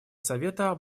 совета